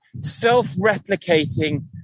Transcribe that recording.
self-replicating